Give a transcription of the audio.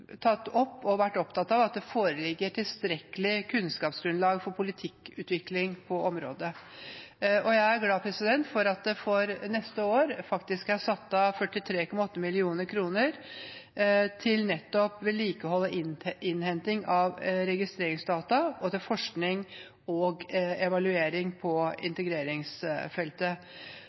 vært opptatt av at det foreligger tilstrekkelig kunnskapsgrunnlag for politikkutvikling på området. Jeg er glad for at det for neste år er satt av 43,8 mill. kr til vedlikehold og innhenting av registreringsdata og forskning på og evaluering av integreringsfeltet.